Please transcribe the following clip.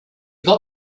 got